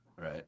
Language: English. Right